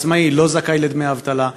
העצמאי לא זכאי לדמי אבטלה,